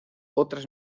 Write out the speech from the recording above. otras